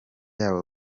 yabo